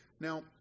Now